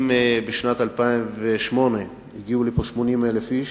אם בשנת 2008 הגיעו לפה מרוסיה 80,000 איש,